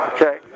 Okay